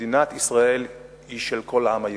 מדינת ישראל היא של כל העם היהודי,